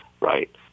right